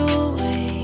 away